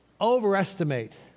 overestimate